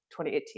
2018